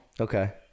okay